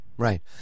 Right